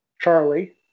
Charlie